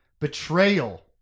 Betrayal